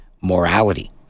morality